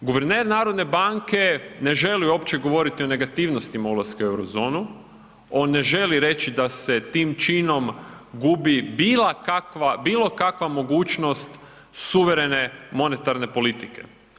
Guverner narodne banke ne želi uopće govoriti o negativnostima ulaska u euro zonu, on ne želi reći da se tim činom gubi bila kakva, bilo kakva mogućnost suverene monetarne politike.